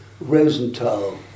Rosenthal